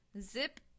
Zip